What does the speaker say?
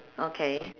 okay